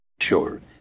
Sure